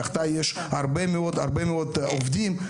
תחתיי יש הרבה מאוד עובדים,